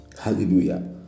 Hallelujah